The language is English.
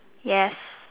yes